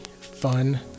fun